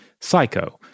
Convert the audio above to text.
Psycho